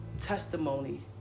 testimony